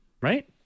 Right